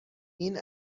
این